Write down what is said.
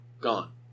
gone